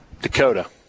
Dakota